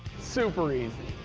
super easy.